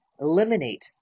Eliminate